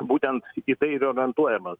būtent į tai ir orientuojamas